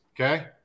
Okay